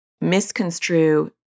misconstrue